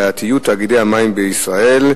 4850 ו-4919: בעייתיות תאגידי המים בישראל.